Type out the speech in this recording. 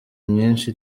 myinshi